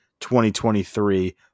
2023